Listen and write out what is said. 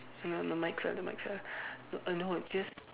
m~ my mic the mic fell n~ no just